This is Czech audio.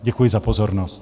Děkuji za pozornost.